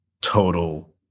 total